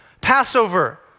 Passover